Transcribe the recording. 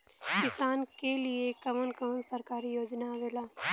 किसान के लिए कवन कवन सरकारी योजना आवेला?